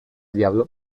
diablo